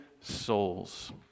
souls